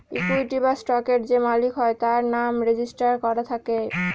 equity বা স্টকের যে মালিক হয় তার নাম রেজিস্টার করা থাকে